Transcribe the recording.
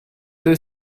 deux